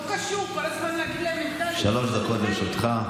לא קשור כל הזמן להגיד, שלוש דקות לרשותך.